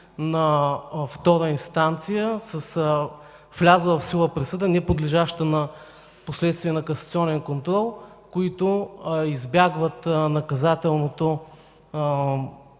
на втора инстанция, с влязла в сила присъда, неподлежаща впоследствие на касационен контрол, които избягват наказателното